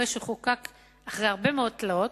שחוקק אחרי הרבה מאוד תלאות,